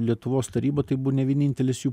lietuvos taryba tai buvo ne vienintelis jų